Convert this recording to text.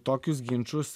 tokius ginčus